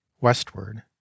Westward